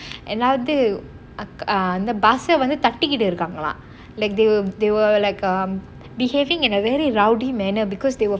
ஏதாவது:yethaavathu um bus வந்து தட்டிக்கிட்டு இருக்காங்களாம்:vanthu thattikittu irukkaangalaam like they were they were like um behaving in a very rowdy manner it's because they were